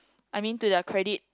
I mean to their credit